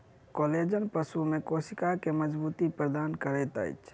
collagen पशु में कोशिका के मज़बूती प्रदान करैत अछि